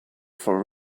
for